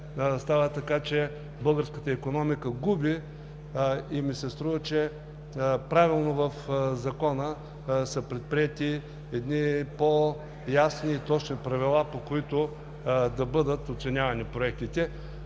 става така, че българската икономика губи. Струва ми се, че правилно в Закона са предприети по-ясни и точни правила, по които да бъдат оценявани проектите.